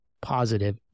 positive